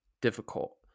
difficult